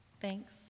Thanks